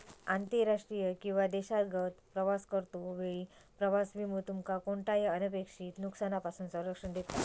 आंतरराष्ट्रीय किंवा देशांतर्गत प्रवास करतो वेळी प्रवास विमो तुमका कोणताही अनपेक्षित नुकसानापासून संरक्षण देता